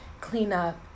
cleanup